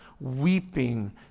weeping